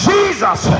Jesus